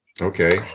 okay